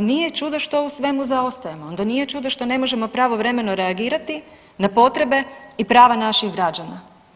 nije čudo što u svemu zaostajemo, onda nije čudo što ne možemo pravovremeno reagirati na potrebe i prava naših građana.